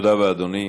תודה רבה, אדוני.